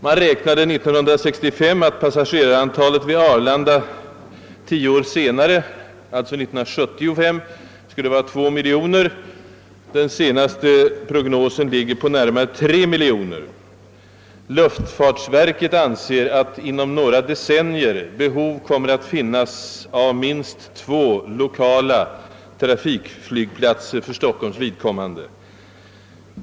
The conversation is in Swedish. År 1965 räknade man med att antalet passagerare vid Arlanda tio år senare, alltså 1975, skulle vara 2 miljoner. Den senaste prognosen ligger på närmare 3 miljoner. Luftfartsverket anser att inom några decennier behov kommer att finnas av minst två lokala trafikflygplatser för Stockholms vidkommande.